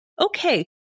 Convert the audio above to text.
Okay